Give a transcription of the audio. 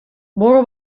برو